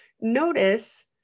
notice